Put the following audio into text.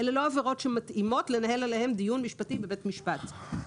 אלה לא עבירות שמתאימות לנהל עליהן דיון משפטי בבית משפט.